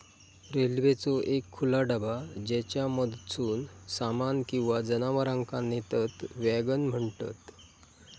रेल्वेचो एक खुला डबा ज्येच्यामधसून सामान किंवा जनावरांका नेतत वॅगन म्हणतत